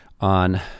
on